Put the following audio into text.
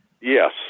Yes